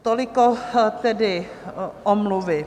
Toliko tedy omluvy.